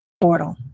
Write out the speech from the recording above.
Portal